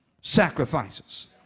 sacrifices